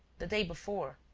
the day before.